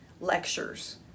Lectures